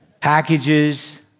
Packages